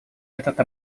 этот